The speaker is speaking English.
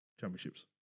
championships